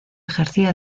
ejercía